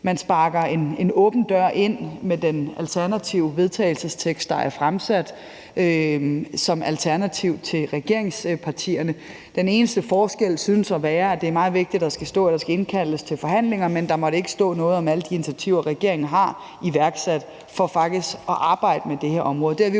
man sparker en åben dør ind med det forslag til vedtagelse, der er fremsat som alternativ til regeringspartiernes. Den eneste forskel synes at være, at det er meget vigtigt, at der skal stå, at der skal indkaldes til forhandlinger, men at der ikke måtte stå noget om alle de initiativer, regeringen har iværksat for faktisk at arbejde med det her område.